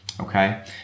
okay